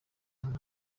nka